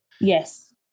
Yes